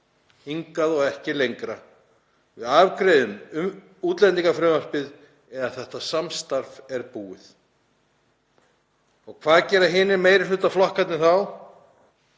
Hingað og ekki lengra, við afgreiðum útlendingafrumvarpið eða þetta samstarf er búið. Hvað gera hinir meirihlutaflokkarnir þá?